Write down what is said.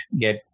get